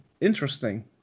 interesting